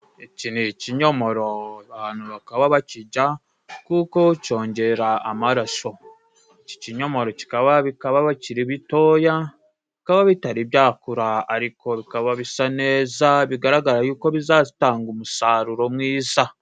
Iki ni ikinyomoro, abantu bakaba bakijya kuko cyongera amaraso; iki kinyomoro bikaba bikiri bitoya bikaba bitari byakura, ariko bikaba bisa neza bigaragara yuko bizatanga umusaruro mwiza.